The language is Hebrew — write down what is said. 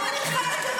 אני לא עונה לך יותר.